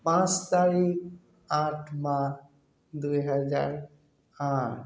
পাঁচ তাৰিখ আঠ মাহ দুই হেজাৰ আঠ